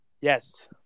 Yes